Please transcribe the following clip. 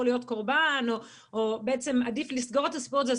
להיות קורבן או בעצם עדיף לסגור את הסיפור הזה,